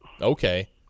okay